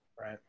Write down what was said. Right